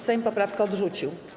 Sejm poprawkę odrzucił.